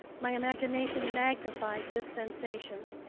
my imagination magnified this sensation.